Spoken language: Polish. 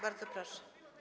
Bardzo proszę.